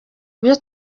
byo